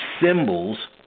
symbols